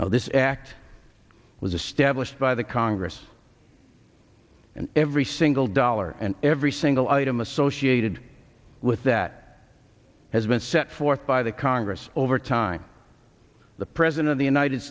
now this act was established by the congress and every single dollar and every single item associated with that has been set forth by the congress over time the president of the united